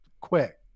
quick